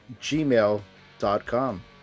gmail.com